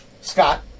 Scott